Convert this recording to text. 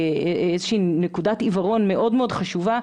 איזושהי נקודת עיוורון מאוד חשובה.